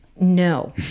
No